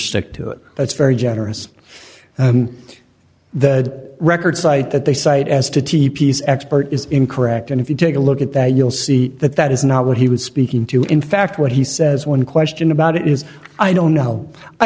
stick to it that's very generous the record site that they cite as to t p s expert is incorrect and if you take a look at that you'll see that that is not what he was speaking to in fact what he says one question about it is i don't know i